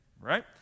Right